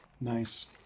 Nice